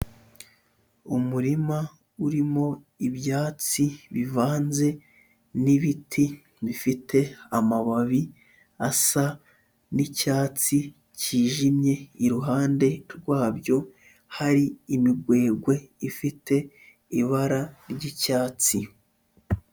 Umurima urimo ibyatsi bivanze n'ibiti bifite amababi asa n'icyatsi cyijimye, iruhande rwabyo hari imigwegwe ifite ibara ry'icyatsi.